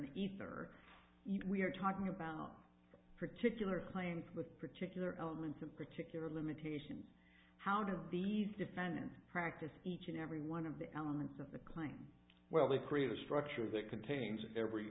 the ether we're talking about particular claims with particular elements of particular limitation how do these defendants practice each and every one of the elements of the crime where they create a structure that contains every